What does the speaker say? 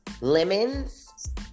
lemons